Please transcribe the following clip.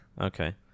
Okay